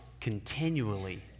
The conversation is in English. continually